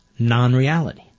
Non-reality